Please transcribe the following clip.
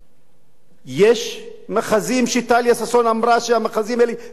יש מאחזים שטליה ששון אמרה שהם בלתי חוקיים,